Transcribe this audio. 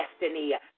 destiny